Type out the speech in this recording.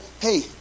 hey